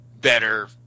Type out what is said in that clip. better